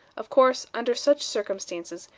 of course, under such circumstances,